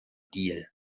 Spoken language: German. deal